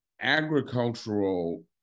agricultural